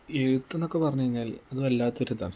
എഴുത്തെന്നൊക്കെ പറഞ്ഞു കഴിഞ്ഞാൽ അത് വല്ലാത്തൊരിതാണ്